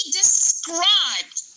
described